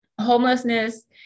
Homelessness